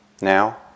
Now